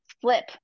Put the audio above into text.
flip